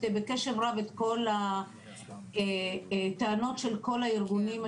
בקשב רב את כל הטענות של כל הארגונים.